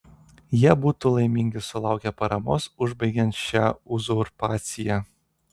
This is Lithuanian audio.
jie būtų laimingi sulaukę paramos užbaigiant šią uzurpaciją